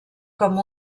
com